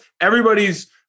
everybody's